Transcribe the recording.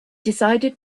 decided